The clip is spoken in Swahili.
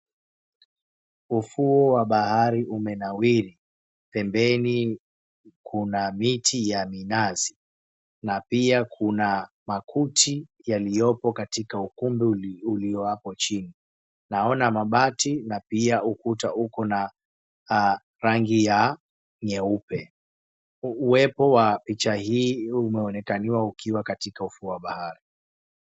Ufuo wa bahari umenawiri. Pembeni kuna miti ya minazi na pia kuna makuti yaliopo katika ukumbi ulio hapo chini. Naona mabati na pia ukuta uko na rangi nyeupe. Uwepo wa picha hii umeonekaniwa ukiwa katika ufuo wa bahari.